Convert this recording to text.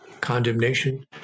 condemnation